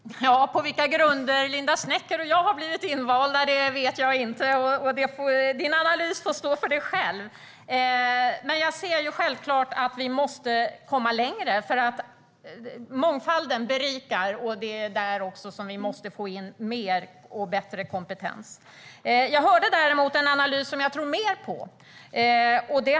Fru talman! På vilka grunder Linda Snecker och jag har blivit invalda vet jag inte. Linda Sneckers analys få stå för henne själv. Jag anser självklart att vi måste komma längre. Mångfald berikar, och det är där som vi måste få in mer och bättre kompetens. Jag hörde däremot en analys som jag tror mer på.